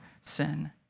sin